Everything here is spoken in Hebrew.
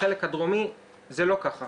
בחלק הדרומי זה לא ככה.